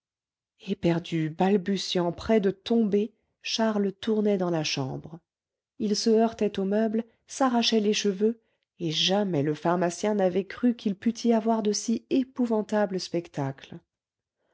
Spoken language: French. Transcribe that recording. éperdu balbutiant près de tomber charles tournait dans la chambre il se heurtait aux meubles s'arrachait les cheveux et jamais le pharmacien n'avait cru qu'il pût y avoir de si épouvantable spectacle